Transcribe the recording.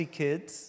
kids